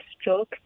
stroke